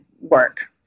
work